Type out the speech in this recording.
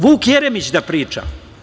Vuk Jeremić da priča?